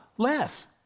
Less